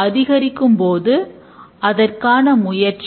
அவற்றை சி எழுத முடியும்